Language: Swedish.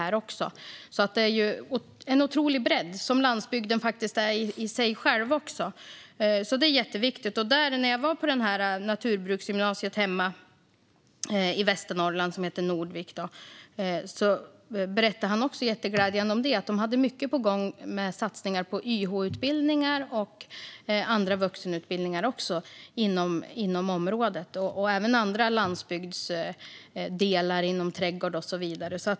Det finns alltså en otrolig bredd, precis som landsbygden i sig har en otrolig bredd. Det är jätteviktigt. När jag var på naturbruksgymnasiet i Nordvik hemma i Västernorrland var det glädjande att höra att de har mycket på gång med satsningar på YH-utbildningar och andra vuxenutbildningar inom området. Det gäller också andra landsbygdsdelar, som trädgård och så vidare.